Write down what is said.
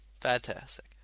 Fantastic